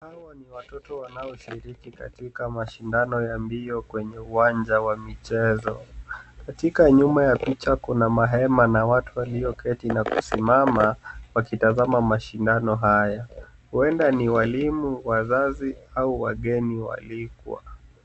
Hawa ni watoto wanaoshiriki katika mashindano ya mbio kwenye uwanja wa michezo. Katika nyuma ya picha kuna mahema na watu walioketi na kusimama, wakitazama mashindano haya. Huenda ni walimu, wazazi, au wageni waalikwa.